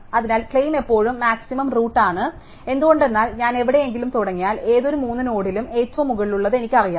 അതിനാൽ ക്ലെയിം എപ്പോഴും maximum root ആണ് എന്തുകൊണ്ടെന്നാൽ ഞാൻ എവിടെയെങ്കിലും തുടങ്ങിയാൽ ഏതൊരു 3 നോഡിലും ഏറ്റവും മുകളിലുള്ളത് എനിക്കറിയാം